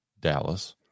Dallas